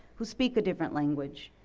who speak a different language,